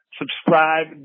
subscribe